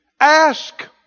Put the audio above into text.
Ask